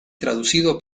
traducido